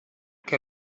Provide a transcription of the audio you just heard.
que